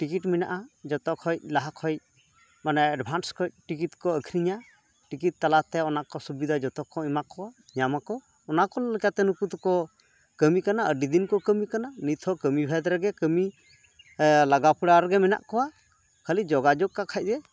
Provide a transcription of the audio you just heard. ticket ᱢᱮᱱᱟᱜᱼᱟ ᱡᱚᱛᱚᱠᱷᱚᱡ ᱞᱟᱦᱟ ᱠᱷᱚᱡ ᱢᱟᱱᱮ ᱮᱰᱵᱷᱟᱱᱥ ᱠᱷᱚᱡ ᱴᱤᱠᱤᱴ ᱠᱚ ᱟᱹᱠᱷᱨᱤᱧᱟ ᱴᱤᱠᱤᱴ ᱛᱟᱞᱟᱛᱮ ᱚᱱᱟᱠᱚ ᱥᱩᱵᱤᱫᱷᱟ ᱡᱚᱛᱚᱠᱚ ᱮᱢᱟ ᱠᱚᱣᱟ ᱧᱟᱢᱟᱠᱚ ᱚᱱᱟᱠᱚ ᱞᱮᱠᱟᱛᱮ ᱱᱩᱠᱩ ᱫᱚᱠᱚ ᱠᱟᱹᱢᱤ ᱠᱟᱱᱟ ᱟᱹᱰᱤᱫᱤᱱ ᱠᱚ ᱠᱟᱹᱢᱤ ᱠᱟᱱᱟ ᱱᱤᱛᱦᱚᱸ ᱠᱟᱹᱢᱤ ᱵᱷᱮᱫᱽ ᱨᱮᱜᱮ ᱠᱟᱹᱢᱤ ᱞᱟᱜᱟ ᱯᱟᱲᱟᱣ ᱨᱮᱜᱮ ᱢᱮᱱᱟᱜ ᱠᱚᱣᱟ ᱠᱷᱟᱹᱞᱤ ᱡᱳᱜᱟᱡᱳᱜᱽᱼᱠᱟᱜ ᱠᱷᱟᱡᱼᱜᱮ